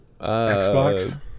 Xbox